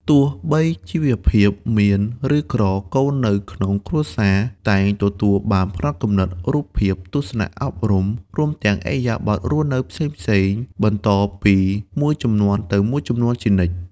ទោះបីជីវភាពមានឬក្រ កូននៅក្នុងគ្រួសារតែងទទួលបានផ្នត់គំនិត រូបភាព ទស្សនៈអប់រំ រួមទាំងឥរិយាបថរស់នៅផ្សេងៗបន្តពីមួយជំនាន់ទៅមួយជំនាន់ជានិច្ច។